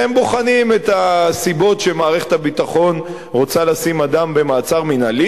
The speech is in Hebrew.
והם בוחנים את הסיבות שבגללן מערכת הביטחון רוצה לשים אדם במעצר מינהלי.